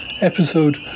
episode